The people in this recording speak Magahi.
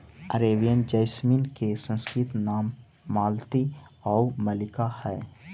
अरेबियन जैसमिन के संस्कृत नाम मालती आउ मल्लिका हइ